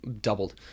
doubled